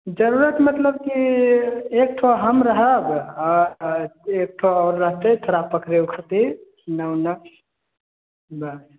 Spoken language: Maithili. जरूरत मतलब की एकठो हम रहब आ एकठो आओर रहतै थोड़ा पकड़ै उकड़ै एने उने